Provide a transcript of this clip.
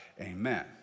Amen